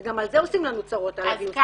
גם על זה עושים לנו צרות על הגיוס כספים.